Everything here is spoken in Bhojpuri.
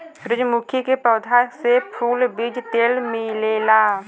सूरजमुखी के पौधा से फूल, बीज तेल मिलेला